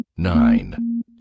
nine